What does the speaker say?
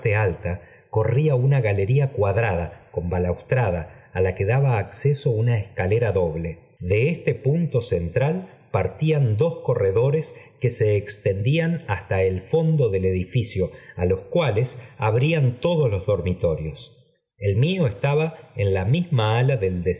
corría una galería cuadrada con balaustrada á la que daba acceso una escalera doble de este punto central partían dos corredores que se extendían hasta el fondo del edificio á los cuales abrían todos los dormitorios el mío estaba en la misína ala del